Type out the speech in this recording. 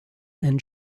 and